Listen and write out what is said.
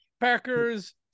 Packers